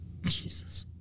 Jesus